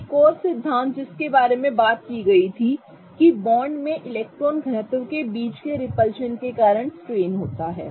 एक और सिद्धांत था जिसके बारे में बात की गई थी कि बॉन्ड में इलेक्ट्रॉन घनत्व के बीच रिपल्शन के कारण स्ट्रेन होता है